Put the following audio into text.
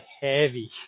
heavy